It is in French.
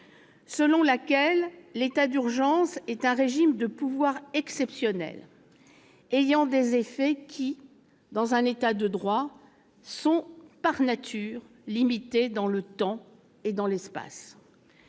selon laquelle « l'état d'urgence est un régime de pouvoirs exceptionnels ayant des effets qui, dans un État de droit, sont par nature limités dans le temps et dans l'espace